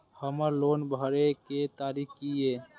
हमर लोन भरए के तारीख की ये?